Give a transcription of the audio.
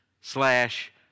slash